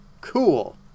Cool